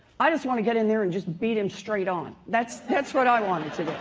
i just want to get in there and just beat him straight on. that's that's what i wanted to do.